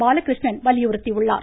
பாலகிருஷ்ணன் வலியுறுத்தியுள்ளார்